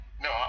No